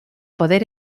poder